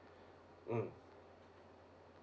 mm